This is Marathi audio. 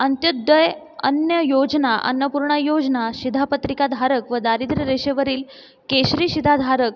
अंत्योदय अन्न योजना अन्नपूर्णा योजना शिधापत्रिकाधारक व दारिद्र्यरेषेवरील केशरी शिधाधारक